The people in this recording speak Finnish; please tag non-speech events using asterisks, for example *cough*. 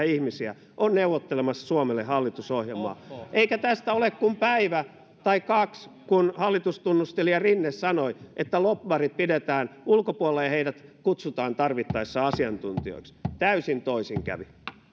*unintelligible* ihmisiä on neuvottelemassa suomelle hallitusohjelmaa eikä tästä ole kuin päivä tai kaksi kun hallitustunnustelija rinne sanoi että lobbarit pidetään ulkopuolella ja heidät kutsutaan tarvittaessa asiantuntijoiksi täysin toisin kävi